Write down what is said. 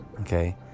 Okay